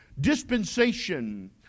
dispensation